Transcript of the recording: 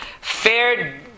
fared